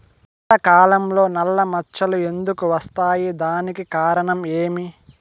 పంట కాలంలో నల్ల మచ్చలు ఎందుకు వస్తాయి? దానికి కారణం ఏమి?